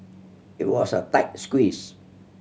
it was a tight squeeze